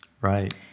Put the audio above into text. Right